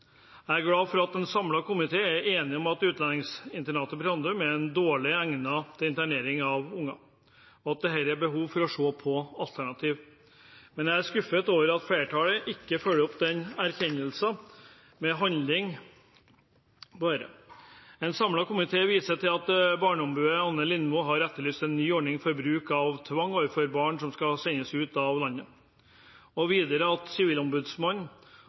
og at det er behov for å se på alternativ. Men jeg er skuffet over at flertallet ikke følger opp den erkjennelsen med handling. En samlet komité viser til at barneombud Anne Lindboe har etterlyst en ny ordning for bruk av tvang overfor barn som skal sendes ut av landet. Komiteen viser videre til at Sivilombudsmannen